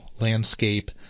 landscape